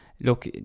look